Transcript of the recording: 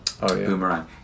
boomerang